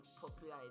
popular